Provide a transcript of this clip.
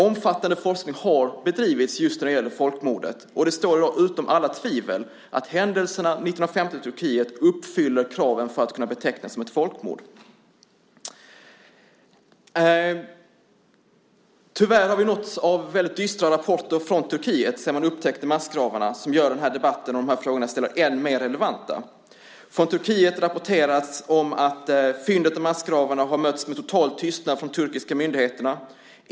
Omfattande forskning har bedrivits just när det gäller folkmordet. Det står i dag utom alla tvivel att händelserna 1915 i Turkiet uppfyller kraven på att kunna betecknas som ett folkmord. Tyvärr har vi nåtts av väldigt dystra rapporter från Turkiet sedan man upptäckte massgravarna, något som gör debatten om de frågor jag ställer än mer relevant. Från Turkiet rapporteras om att fyndet av massgravarna har mötts med total tystnad från de turkiska myndigheterna.